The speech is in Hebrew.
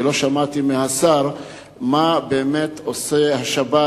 ולא שמעתי מהשר מה באמת עושה שירות